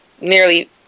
nearly